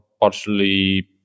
partially